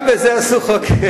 גם בזה עשו חוק...